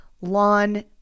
Lawn